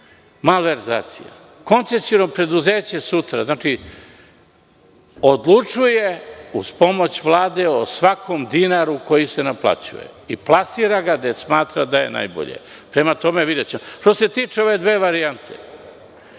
malverzacija. Koncesiono preduzeće sutra odlučuje uz pomoć Vlade o svakom dinaru koji se naplaćuje i plasira ga gde smatra da je najbolje. Prema tome, videćemo. Što se tiče ove dve varijante,